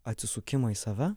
atsisukimą į save